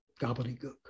gobbledygook